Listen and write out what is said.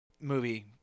Movie